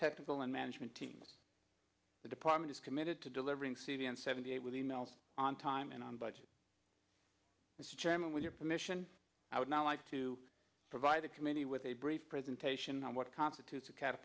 technical and management teams the department is committed to delivering c d n seventy eight with e mails on time and on budget mr chairman with your permission i would now like to provide the committee with a brief presentation on what constitutes a cat